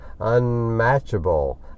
unmatchable